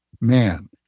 man